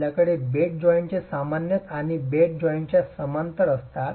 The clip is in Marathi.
आपल्याकडे बेड जॉइंटचे सामान्य आणि बेड जॉइंटच्या समांतर असतात